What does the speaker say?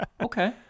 okay